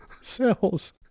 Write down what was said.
cells